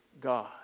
God